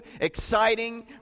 exciting